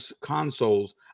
consoles